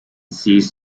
seized